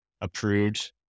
approved